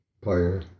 player